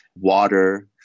water